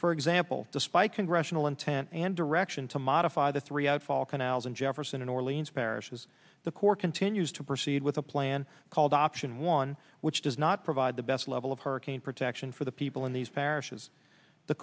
for example despite congressional intent and direction to modify the three outfall canals and jefferson orleans parish has the corps continues to proceed with a plan called option one which does not provide the best level of hurricane protection for the people in these